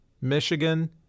Michigan